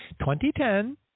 2010